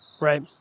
Right